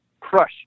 crush